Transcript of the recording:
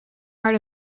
heart